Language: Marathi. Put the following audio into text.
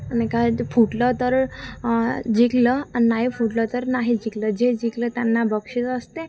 आणि काय ते फुटलं तर जिंकलं आणि नाही फुटलं तर नाही जिंकलं जे जिंकलं त्यांना बक्षीस असते